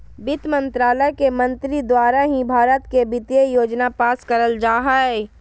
वित्त मन्त्रालय के मंत्री द्वारा ही भारत के वित्तीय योजना पास करल जा हय